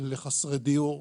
לחסרי דיור.